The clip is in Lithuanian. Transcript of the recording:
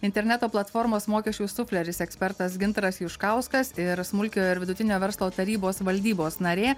interneto platformos mokesčių sufleris ekspertas gintaras juškauskas ir smulkiojo ir vidutinio verslo tarybos valdybos narė